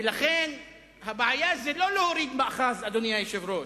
ולכן הבעיה זה לא להוריד מאחז, אדוני היושב-ראש.